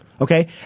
Okay